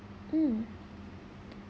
mm